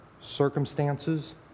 circumstances